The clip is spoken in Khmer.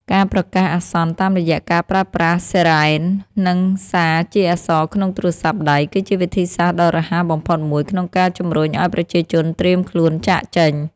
ការប្រកាសអាសន្នតាមរយៈការប្រើប្រាស់ស៊ីរ៉ែន និងសារជាអក្សរក្នុងទូរស័ព្ទដៃគឺជាវិធីសាស្ត្រដ៏រហ័សបំផុតមួយក្នុងការជម្រុញឱ្យប្រជាជនត្រៀមខ្លួនចាកចេញ។